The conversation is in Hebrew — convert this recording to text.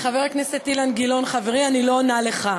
חבר הכנסת אילן גילאון, חברי, אני לא עונה לך.